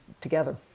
together